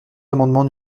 amendement